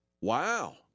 Wow